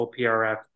OPRF